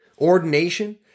ordination